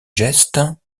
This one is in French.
gestes